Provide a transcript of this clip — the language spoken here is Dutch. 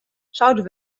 zouden